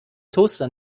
toaster